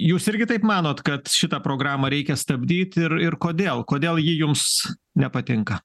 jūs irgi taip manot kad šitą programą reikia stabdyt ir ir kodėl kodėl ji jums nepatinka